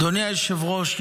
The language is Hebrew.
אדוני היושב-ראש,